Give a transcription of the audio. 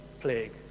plague